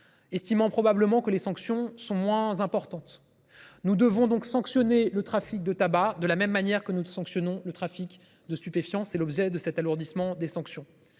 Estimant probablement que les sanctions sont moins importantes. Nous devons donc sanctionné le trafic de tabac de la même manière que nous le sanctionnons le trafic de stupéfiants. C'est l'objet de cet alourdissement des sanctions,